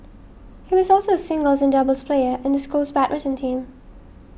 he was also a singles and doubles player in the school's badminton team